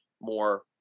more